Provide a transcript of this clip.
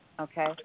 okay